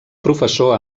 professor